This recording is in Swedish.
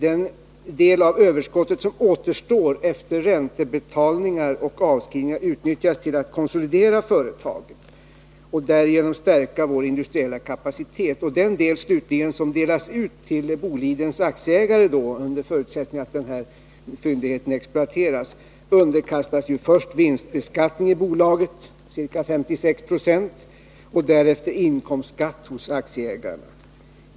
Den del av överskottet som återstår efter räntebetalningar och avskrivningar utnyttjas till att konsolidera företaget och därigenom stärka vår industriella kapacitet. Den andel slutligen som delas ut till Bolidens aktieägare, under förutsättning att fyndigheten exploateras, underkastas först vinstbeskattning i bolaget, ca 56 70, och därefter inkomstskatt hos aktieägarna.